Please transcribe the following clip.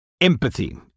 Empathy